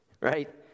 right